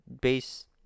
base